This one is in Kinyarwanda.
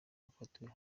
bafatiwe